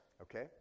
okay